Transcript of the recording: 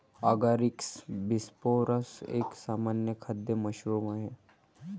Agaricus bisporus एक सामान्य खाद्य मशरूम आहे